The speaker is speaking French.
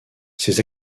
ses